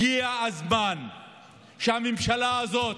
הגיע הזמן שהממשלה הזאת,